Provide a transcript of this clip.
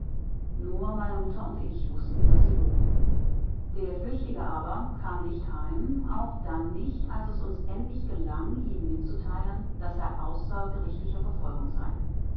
nur meine mutter und ich wußten daß sie log der flüchtige aber kam nicht heim auch dann nicht als es uns endlich gelang ihm mitzuteilen daß er außer gerichtlicher verfolgung sei